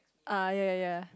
uh yea yea yea